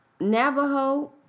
Navajo